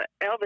Elvis